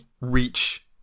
reach